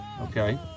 okay